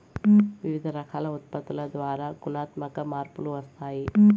వివిధ రకాల ఉత్పత్తుల ద్వారా గుణాత్మక మార్పులు వస్తాయి